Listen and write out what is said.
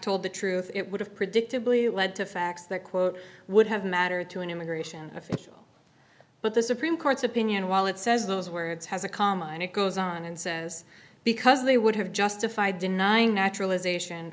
told the truth it would have predictably led to facts that quote would have mattered to an immigration official but the supreme court's opinion while it says those words has a comma and it goes on and says because they would have justify denying naturalization